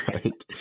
Right